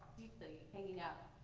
deeply hanging out.